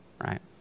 right